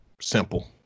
Simple